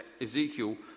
Ezekiel